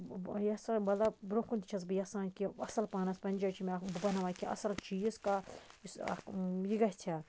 آ یۄس سۄ مطلب برٛونٛہہ کُن چھَس بہٕ یَژھان کہِ اَصٕل پانَس پَنٕنہِ جایہِ چھُ مےٚ اکھ بہٕ بَناوٕہا کیٚنٛہہ اَصٕل چیٖز کانٛہہ یُس اکھ یہِ گژھِ ہے